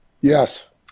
Yes